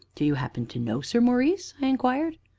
do you happen to know sir maurice? i inquired.